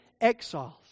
exiles